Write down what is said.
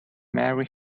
mary